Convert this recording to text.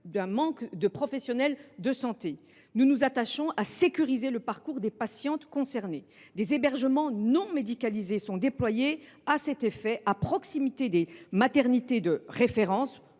d’un manque de professionnels de santé, nous nous attachons à sécuriser le parcours des patientes concernées. Des hébergements non médicalisés sont déployés à cet effet à proximité des maternités de référence